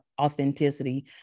authenticity